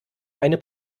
eine